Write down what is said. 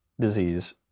disease